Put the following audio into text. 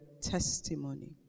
testimony